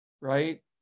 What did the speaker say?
Right